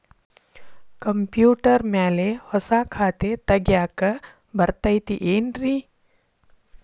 Computer ಮ್ಯಾಲೆ ಹೊಸಾ ಖಾತೆ ತಗ್ಯಾಕ್ ಬರತೈತಿ ಏನ್ರಿ?